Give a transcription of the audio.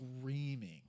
screaming